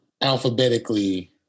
alphabetically